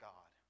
God